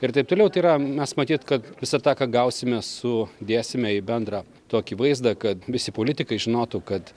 ir taip toliau tai yra mes matyt kad visą tą ką gausime su dėsime į bendrą tokį vaizdą kad visi politikai žinotų kad